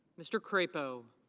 mr. crapo.